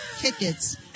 tickets